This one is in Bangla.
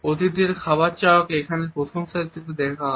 অতিথিদের খাবার চাওয়াকে এখানে প্রশংসা হিসেবে দেখা হয়